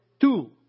two